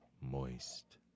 moist